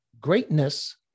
Greatness